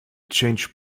change